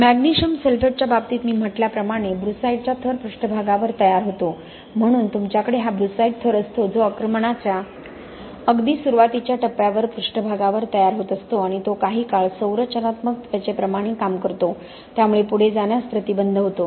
magnesium सल्फेटच्या बाबतीत मी म्हटल्याप्रमाणे ब्रुसाइटचा थर पृष्ठभागावर तयार होतो म्हणून तुमच्याकडे हा ब्रुसाइट थर असतो जो आक्रमणाच्या अगदी सुरुवातीच्या टप्प्यावर पृष्ठभागावर तयार होत असतो आणि तो काही काळ संरक्षणात्मक त्वचेप्रमाणे काम करतो त्यामुळे पुढे जाण्यास प्रतिबंध होतो